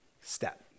step